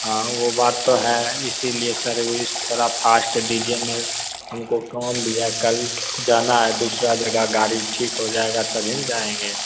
हाँ वह बात तो है इसी लिए सर्विस थोड़ा फास्ट दीजिए मैं हमको काम भी है कल जाना है दूसरी जगह गाड़ी ठीक हो जाएगी तब ही जाएँगे